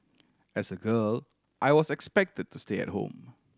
as a girl I was expected to stay at home